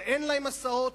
שאין להם הסעות,